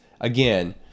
again